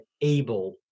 able